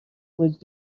would